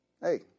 hey